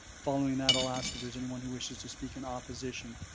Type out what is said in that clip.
following that, i'll ask if here's anyone who wishes to speak in opposition.